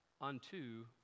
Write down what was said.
unto